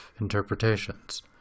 interpretations